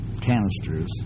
canisters